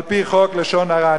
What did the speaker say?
על-פי חוק לשון הרע.